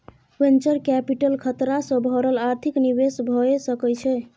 venture capital खतरा सँ भरल आर्थिक निवेश भए सकइ छइ